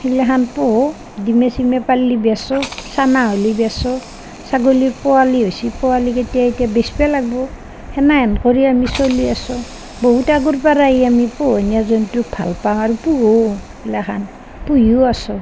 সেইগিলাখন পুহোঁ ডিমে চিমে পাৰ্লি বেচোঁ চানা হ'লি বেচোঁ ছাগলীৰ পোৱালি হৈছে পোৱালিকেইটা এতিয়া বেচ্ব লাগব সেনেহেন কৰি আমি চলি আছোঁ বহুত আগৰপৰাই আমি পোহনীয়া জন্তু ভাল পাওঁ আৰু পুহোঁ সেইগিলাখন পোহিও আছোঁ